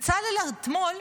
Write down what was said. בצלאל, אתמול,